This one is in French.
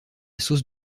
sauce